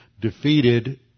defeated